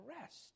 rest